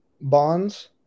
bonds